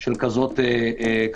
של כזה פיתוח,